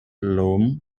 loam